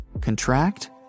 Contract